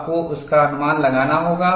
आपको उसका अनुमान लगाना होगा